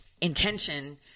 Intention